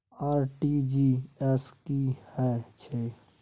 RTG S की है छै?